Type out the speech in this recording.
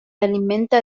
alimenta